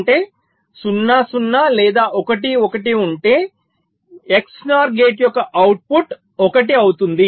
అంటే 0 0 లేదా 1 1 ఉంటె XNOR గేట్ యొక్క అవుట్పుట్ 1 అవుతుంది